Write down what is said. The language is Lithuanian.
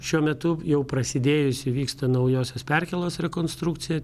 šiuo metu jau prasidėjusi vyksta naujosios perkėlos rekonstrukcija